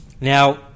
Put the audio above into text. Now